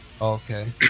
Okay